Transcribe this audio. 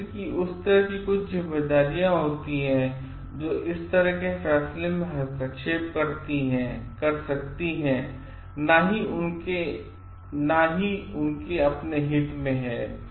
व्यक्ति की उस तरह की कुछ जिम्मेदारियां होती हैं जो इस तरह के फैसले में हस्तक्षेप कर सकती हैं और न ही उन के हित में है